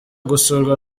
gusurwa